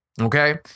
Okay